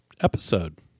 episode